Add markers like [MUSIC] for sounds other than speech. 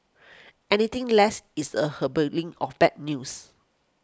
anything less is a [UNINTELLIGIBLE] of bad news